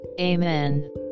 Amen